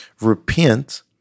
repent